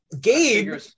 Gabe